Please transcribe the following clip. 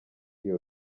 iyo